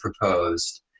proposed